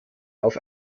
auf